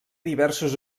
diversos